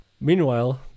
Meanwhile